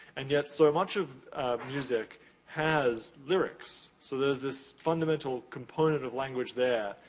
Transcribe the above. and yet, so much of music has lyrics. so, there's this fundamental component of language there,